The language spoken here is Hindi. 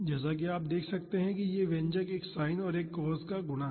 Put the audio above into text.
जैसा कि आप देख सकते हैं कि यह व्यंजक एक sin और एक cos का गुणा है